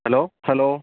hello hello